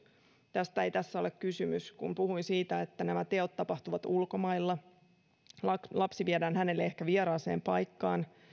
tästä ei tässä ole kysymys puhuin siitä että nämä teot tapahtuvat ulkomailla lapsi viedään hänelle ehkä vieraaseen paikkaan